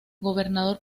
gobernador